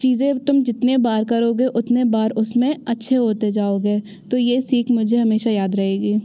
चीज़ें तुम जितने बार करोगे उतने बार उसमें अच्छे होते जाओगे तो ये सीख मुझे हमेशा याद रहेगी